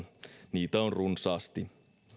niitä on runsaasti